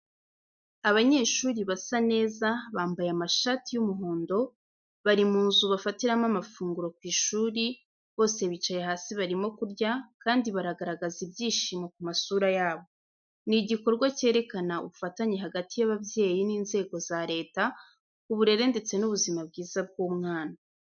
Abanyeshuri basa neza, bambaye amashati y'umuhondo, bari mu nzu bafatiramo amafunguro ku ishuri, bose bicaye hasi barimo kurya, kandi baragaragaza ibyishimo ku masura yabo. Ni igikorwa cyerekana ubufatanye hagati y'ababyeyi n'inzego za Leta ku burere ndetse n'ubuzima bwiza bw'umwana.